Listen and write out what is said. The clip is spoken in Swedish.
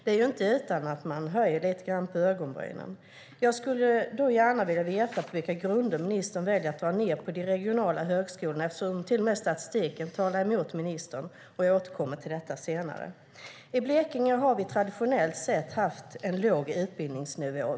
Det är inte utan att man höjer lite grann på ögonbrynen. Jag skulle gärna vilja veta på vilka grunder ministern väljer att dra ned på de regionala högskolorna, eftersom till och med statistiken talar emot ministern. Jag återkommer till detta senare. I Blekinge har vi traditionellt sett haft en låg utbildningsnivå.